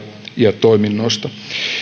ja toiminnoista